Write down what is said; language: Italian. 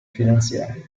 finanziarie